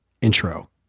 intro